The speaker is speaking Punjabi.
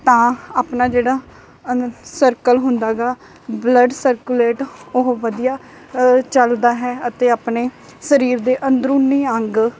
ਤਾਂ ਆਪਣਾ ਜਿਹੜਾ ਅਨ ਸਰਕਲ ਹੁੰਦਾ ਗਾ ਬਲੱਡ ਸਰਕੂਲੇਟ ਉਹ ਵਧੀਆ ਚੱਲਦਾ ਹੈ ਅਤੇ ਆਪਣੇ ਸਰੀਰ ਦੇ ਅੰਦਰੂਨੀ ਅੰਗ